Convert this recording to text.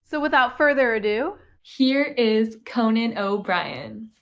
so without further ado. here is conan o'brien.